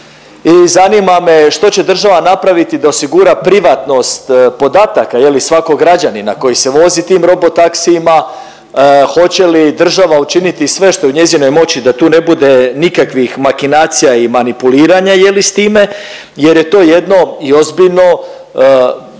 i zanima me što će država napraviti da osigura privatnost podataka je li, svakog građanina koji se vozi tim robo taksijima, hoće li država učiniti sve što je u njezinoj moći da tu ne bude nikakvih makinacija i manipuliranja je li, s time jer je to jedno i ozbiljno